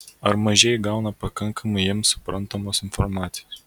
ar mažieji gauna pakankamai jiems suprantamos informacijos